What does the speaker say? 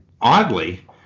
oddly